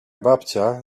babcia